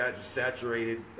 saturated